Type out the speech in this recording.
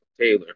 Taylor